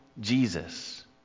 Jesus